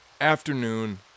afternoon